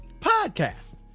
podcast